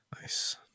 Nice